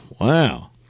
wow